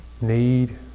Need